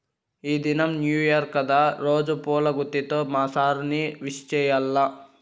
ఈ దినం new year కదా రోజా పూల గుత్తితో మా సార్ ని విష్ చెయ్యాల్ల